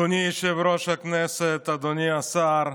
אדוני יושב-ראש הישיבה, אדוני השר,